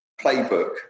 playbook